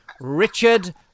Richard